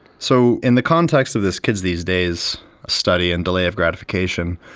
so in the context of this kids these days study and delay of gratification,